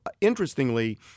Interestingly